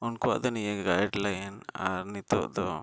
ᱩᱱᱠᱩᱣᱟᱜ ᱫᱚ ᱱᱤᱭᱟᱹ ᱟᱨ ᱱᱤᱛᱚᱜ ᱫᱚ